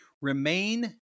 Remain